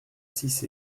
six